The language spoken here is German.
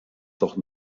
doch